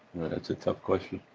that's a tough question.